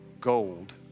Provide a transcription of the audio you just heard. gold